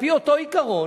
על-פי אותו עיקרון,